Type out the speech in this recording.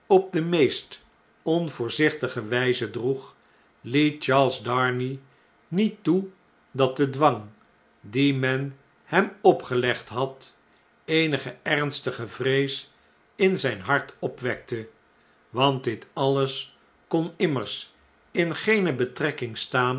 op de meest onvoorzichtige wijze droeg liet charles darnay niet toe dat de dwang dien men hem opgelegd had eenige ernstige vrees in zijn hart opwekte want dit alles kon immers in geene betrekking